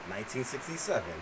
1967